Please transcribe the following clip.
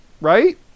Right